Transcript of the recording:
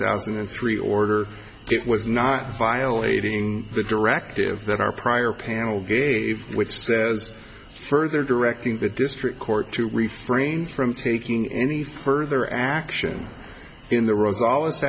thousand and three order it was not violating the directive that our prior panel gave which says further directing the district court to refrain from taking any further action in the r